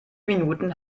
minuten